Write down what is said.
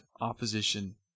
opposition